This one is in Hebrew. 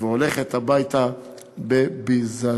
והולכת הביתה בביזיון.